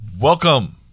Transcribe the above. Welcome